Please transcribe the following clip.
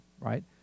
right